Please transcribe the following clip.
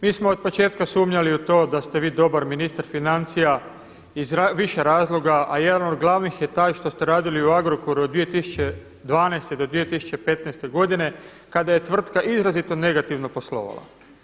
Mi smo od početka sumnjali u to da ste vi dobar ministar financija iz više razloga a jedan od glavnih je taj što ste radili u Agrokoru od 2012. do 2015. godine kada je tvrtka izrazito negativno poslovala.